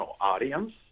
audience